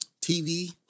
TV